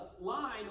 line